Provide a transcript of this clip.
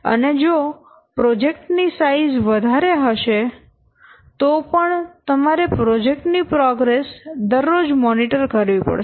અને જો પ્રોજેક્ટ ની સાઈઝ વધારે હશે તો પણ તમારે પ્રોજેક્ટ ની પ્રોગ્રેસ દરરોજ મોનીટર કરવી પડશે